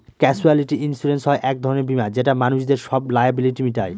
casualty insurance হয় এক ধরনের বীমা যেটা মানুষদের সব লায়াবিলিটি মিটায়